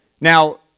Now